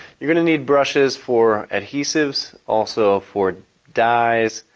you are going to need brushes for adhesives, also for dyes